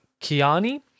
Kiani